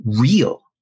real